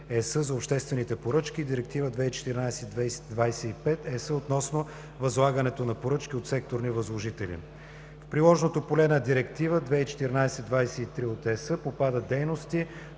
за обществените поръчки и Директива 2014/25/ЕС относно възлагането на поръчки от секторни възложители. В приложното поле на Директива 2014/23/ЕС попадат дейности,